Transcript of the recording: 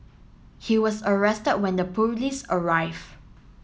he was arrested when the police arrive